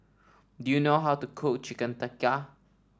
do you know how to cook Chicken Tikka